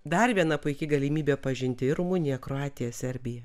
dar viena puiki galimybė pažinti ir rumuniją kroatiją serbiją